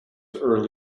early